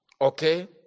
okay